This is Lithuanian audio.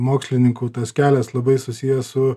mokslininkų tas kelias labai susijęs su